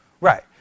right